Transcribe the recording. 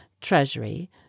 treasury